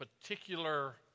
particular